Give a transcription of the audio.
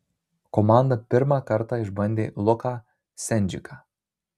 komanda pirmą kartą išbandė luką sendžiką